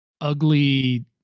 ugly